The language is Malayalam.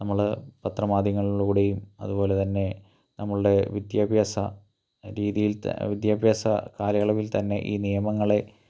നമ്മൾ പത്ര മാധ്യമങ്ങളിലൂടെയും അതുപോലെ തന്നെ നമ്മളുടെ വിദ്യാഭ്യാസ രീതിയിൽ വിദ്യാഭ്യാസ കാലയളവിൽ തന്നെ ഈ നിയമങ്ങളെ